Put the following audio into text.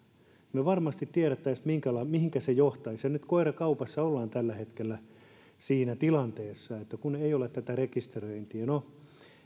me varmasti tiedettäisiin mihinkä se johtaisi ja nyt koirakaupassa ollaan tällä hetkellä siinä tilanteessa kun ei ole tätä rekisteröintiä no